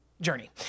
journey